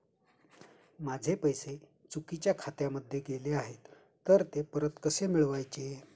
माझे पैसे चुकीच्या खात्यामध्ये गेले आहेत तर ते परत कसे मिळवायचे?